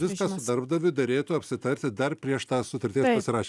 viską su darbdaviu derėtų apsitarti dar prieš tą sutarties pasirašymą